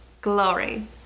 Glory